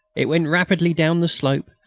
it went rapidly down the slope.